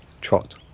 Trot